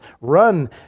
run